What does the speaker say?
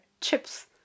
chips